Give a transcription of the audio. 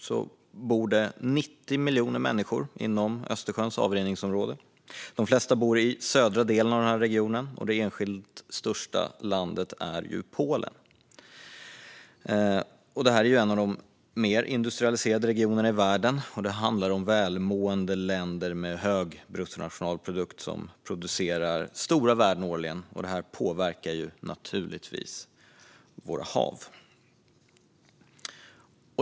Det bor 90 miljoner människor inom Östersjöns avrinningsområde. De flesta bor i den södra delen av regionen, och det enskilt största landet är Polen. Detta är en av de mer industrialiserade regionerna i världen. Det handlar om välmående länder med hög bruttonationalprodukt som producerar stora värden årligen. Det påverkar naturligtvis våra hav.